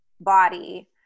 body